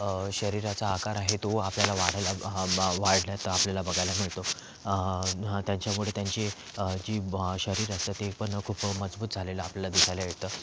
शरीराचा आकार आहे तो आपल्याला वाढायला वाढल्याचा आपल्याला बघायला मिळतो त्याच्यामुळे त्यांची जी शरीर असतं ते पण खूप मजबूत झालेलं आपल्याला दिसायला येतं